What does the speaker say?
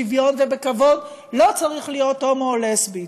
בשוויון ובכבוד לא צריך להיות הומו או לסבית.